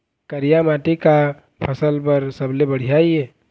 करिया माटी का फसल बर सबले बढ़िया ये?